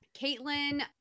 caitlin